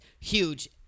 huge